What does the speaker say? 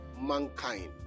mankind